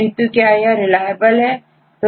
किंतु क्या यह रिलायबल है